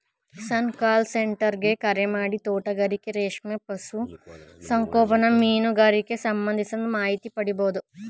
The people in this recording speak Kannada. ಕಿಸಾನ್ ಕಾಲ್ ಸೆಂಟರ್ ಗೆ ಕರೆಮಾಡಿ ತೋಟಗಾರಿಕೆ ರೇಷ್ಮೆ ಪಶು ಸಂಗೋಪನೆ ಮೀನುಗಾರಿಕೆಗ್ ಸಂಬಂಧಿಸಿದ ಮಾಹಿತಿ ಪಡಿಬೋದು